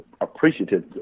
appreciative